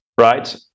right